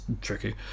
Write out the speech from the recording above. tricky